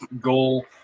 goal